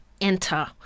enter